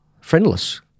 friendless